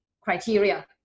criteria